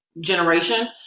Generation